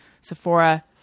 Sephora